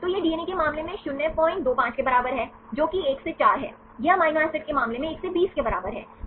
तो यह डीएनए के मामले में 025 के बराबर है जो कि 1 से 4 है यह अमीनो एसिड के मामले में 1 से 20 के बराबर है